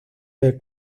del